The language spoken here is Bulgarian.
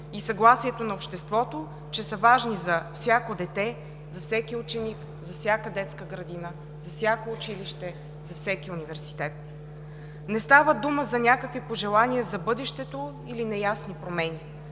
и съгласието на обществото, че са важни за всяко дете, за всеки ученик, за всяка детска градина, за всяко училище, за всеки университет. Не става дума за някакви пожелания за бъдещето или неясни промени.